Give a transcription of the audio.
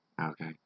Okay